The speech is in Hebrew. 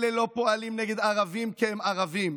אלה לא פועלים נגד ערבים כי הם ערבים,